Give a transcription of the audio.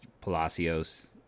Palacios